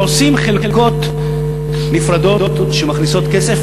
ועושים חלקות נפרדות שמכניסות כסף.